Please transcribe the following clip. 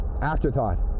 afterthought